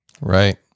Right